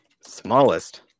smallest